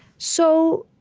so,